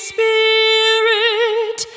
Spirit